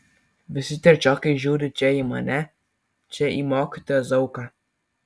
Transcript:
visi trečiokai žiūri čia į mane čia į mokytoją zauką